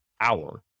hour